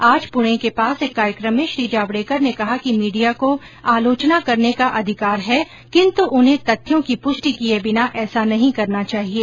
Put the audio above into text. आज पुणे के पास एक कार्यक्रम में श्री जावड़ेकर ने कहा कि मीडिया को आलोचना करने का अधिकार है किन्तु उन्हें तथ्यों की पुष्टि किए बिना ऐसा नहीं करना चाहिये